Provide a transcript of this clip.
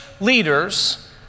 leaders